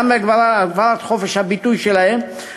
גם בהגברת חופש הביטוי שלהם.